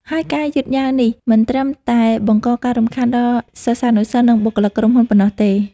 ហើយការយឺតយ៉ាវនេះមិនត្រឹមតែបង្កការរំខានដល់សិស្សានុសិស្ស និងបុគ្គលិកក្រុមហ៊ុនប៉ុណ្ណោះទេ។